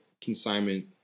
Consignment